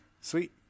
sweet